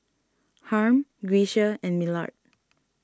Harm Grecia and Millard